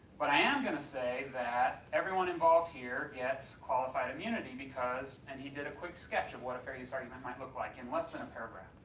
but i am going to say that everyone involved here gets qualified immunity because, and he did a quick sketch of what a fair use argument might look like in less than a paragraph.